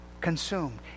consumed